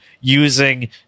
using